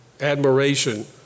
admiration